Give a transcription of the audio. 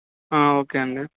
okay అండి